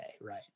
right